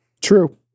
True